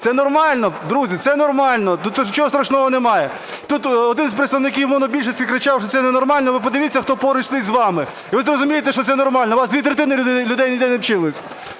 Це нормально, друзі, це нормально, тут нічого страшного немає. Тут один з представників монобільшості кричав, що це ненормально. Ви подивіться, хто поруч сидить з вами, і ви зрозумієте, що це нормально: у вас дві третини людей ніде не вчилися.